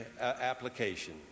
application